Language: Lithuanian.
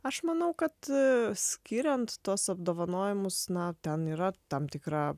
aš manau kad skiriant tuos apdovanojimus na ten yra tam tikra